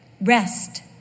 Rest